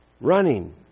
running